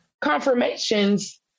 confirmations